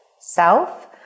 South